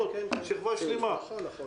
ראשית, ד"ר יוסף ג'אברין, בבקשה.